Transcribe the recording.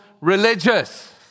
religious